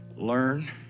Learn